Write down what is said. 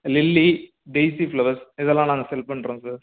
lily daisy flowers இதெல்லாம் நாங்கள் sell பண்ணுறோம் சார்